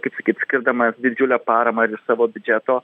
kaip sakyt skirdamas didžiulę paramą ir iš savo biudžeto